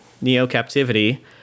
neo-captivity